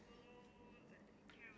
the colour turns